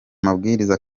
mabwiriza